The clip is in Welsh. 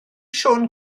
siôn